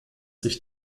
sich